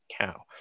Cow